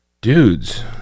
Dudes